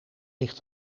ligt